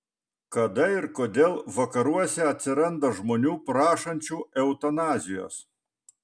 kada ir kodėl vakaruose atsiranda žmonių prašančių eutanazijos